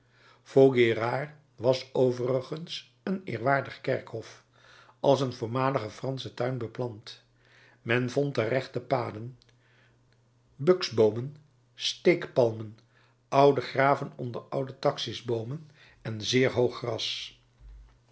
vaugirard was overigens een eerwaardig kerkhof als een voormalige fransche tuin beplant men vond er rechte paden buksboomen steekpalmen oude graven onder oude taxisboomen en zeer hoog gras